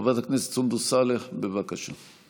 חברת הכנסת סונדוס סאלח, בבקשה.